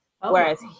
whereas